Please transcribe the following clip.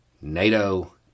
NATO